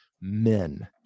men